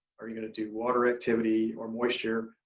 are you gonna do water activity or moisture,